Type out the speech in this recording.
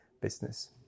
business